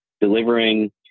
delivering